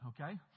Okay